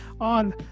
on